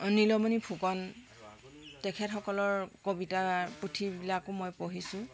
অঁ নিলমনি ফুকন তেখেতসকলৰ কবিতা পুথিবিলাকো মই পঢ়িছোঁ